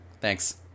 Thanks